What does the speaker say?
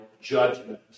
judgment